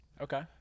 Okay